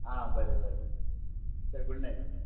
आं बरें बरें च गूड नायट